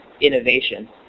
innovation